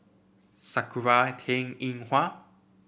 Sakura Teng Ying Hua